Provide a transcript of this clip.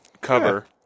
cover